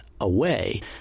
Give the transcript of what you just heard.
away